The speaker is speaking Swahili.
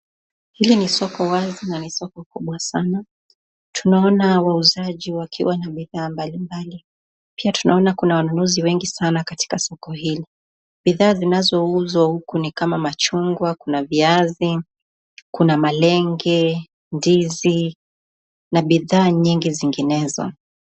Hili ni soko wazi na ni soko kubwa sana tunaona wauzaji wakiwa na bidhaa mbalimbali, pia tunaona kuna wanunuzi wengi sana katika soko hili bidhaa zinazouzwa huku ni kama machungwa, kuna viazi, kuna malenge, ndizi na bidha nyingi zinginezo.